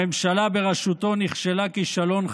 הממשלה בראשותו נכשלה כישלון חרוץ.